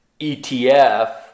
ETF